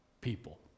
people